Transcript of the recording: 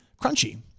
crunchy